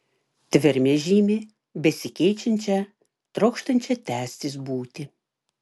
tvermė žymi besikeičiančią trokštančią tęstis būtį